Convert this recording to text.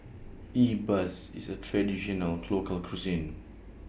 E Bus IS A Traditional Local Cuisine